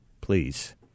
Please